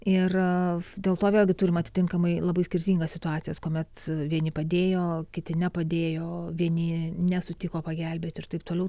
ir dėl to vėlgi turim atitinkamai labai skirtingas situacijas kuomet vieni padėjo kiti nepadėjo vieni nesutiko pagelbėt ir taip toliau